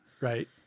right